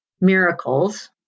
miracles